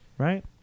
Right